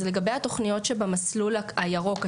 אז לגבי התוכניות שבמסלול הירוק,